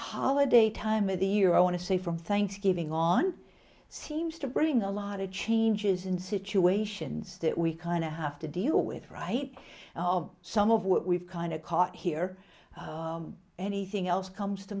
holiday time of the year i want to say from thanksgiving on seems to bring a lot of changes in situations that we kind of have to deal with right now of some of what we've kind of caught here anything else comes to